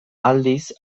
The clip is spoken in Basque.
aldiz